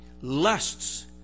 lusts